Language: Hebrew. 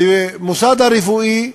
במוסד הרפואי בשפתו,